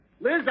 Liz